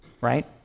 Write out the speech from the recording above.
right